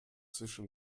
zwischen